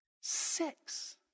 six